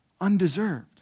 undeserved